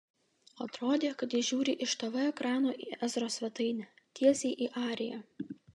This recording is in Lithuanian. atrodė kad ji žiūri iš tv ekrano į ezros svetainę tiesiai į ariją